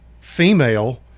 female